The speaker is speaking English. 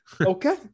Okay